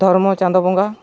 ᱫᱷᱚᱨᱢᱚ ᱪᱟᱸᱫᱳ ᱵᱚᱸᱜᱟ